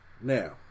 Now